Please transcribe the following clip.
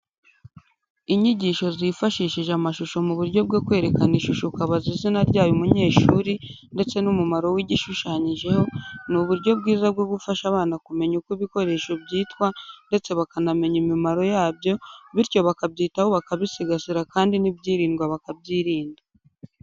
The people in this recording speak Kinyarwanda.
Inyigisho zifashishije amashusho mu buryo bwo kwerekana ishusho ukabaza izina ryayo umunyeshuri ndetse n'umumaro w'igishushanyijeho, ni uburyo bwiza bwo gufasha abana kumenya uko ibikoresho byitwa, ndetse bakanamenya imimaro yabyo, bityo bakabyitaho bakabisigasira, kandi n'ibyirindwa bakabyirinda.